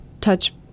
touch